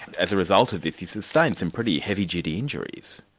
as a result of this, you sustained some pretty heavy-duty injuries.